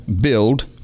build